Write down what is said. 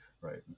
right